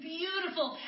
beautiful